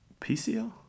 PCL